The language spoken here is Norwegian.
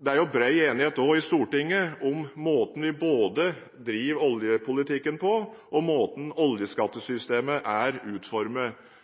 Det er bred enighet i Stortinget om både måten vi driver oljepolitikken på, og måten oljeskattesystemet er utformet